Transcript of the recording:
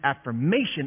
affirmation